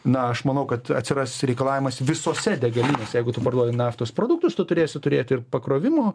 na aš manau kad atsiras reikalavimas visose degalinėse jeigu tu parduoti naftos produktus tu turėsi turėti ir pakrovimo